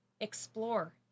Explore